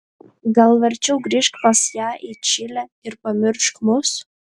gal verčiau grįžk pas ją į čilę ir pamiršk mus